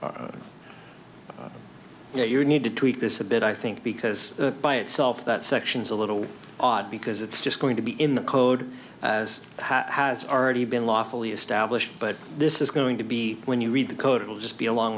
held you need to tweak this a bit i think because by itself that section is a little odd because it's just going to be in the code as has already been lawfully established but this is going to be when you read the code it will just be along